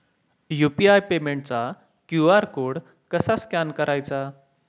UPI पेमेंटचा QR code कसा scan करायचा?